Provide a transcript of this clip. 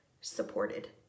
supported